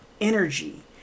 energy